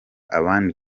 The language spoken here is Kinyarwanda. abandi